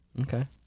Okay